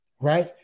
right